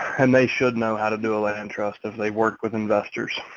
and they should know how to do a land trust if they work with investors.